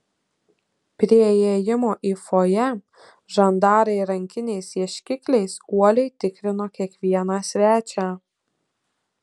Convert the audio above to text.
prie įėjimo į fojė žandarai rankiniais ieškikliais uoliai tikrino kiekvieną svečią